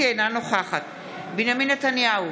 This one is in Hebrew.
אינו נוכח ישראל אייכלר,